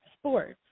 sports